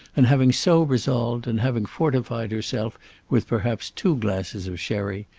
and having so resolved, and having fortified herself with perhaps two glasses of sherry,